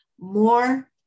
More